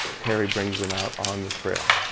terry brings them out on the trail.